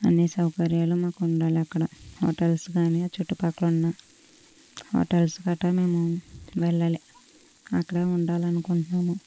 అన్ని సౌకర్యాలు మాకు ఉండాలి అక్కడ హోటల్స్ కాని ఆ చుట్టుపక్కల ఉన్న హోటల్స్ గట్రా మేము వెళ్ళాలి అక్కడ ఉండాలి అనుకుంటున్నాము